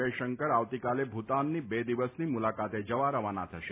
જયશંકર આવતીકાલે ભૂતાનની બે દિવસની મુલાકાતે જવા રવાના થશે